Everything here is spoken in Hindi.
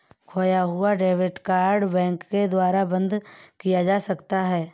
खोया हुआ डेबिट कार्ड बैंक के द्वारा बंद किया जा सकता है